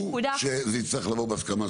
ועוד שתי נקודות בהקשרים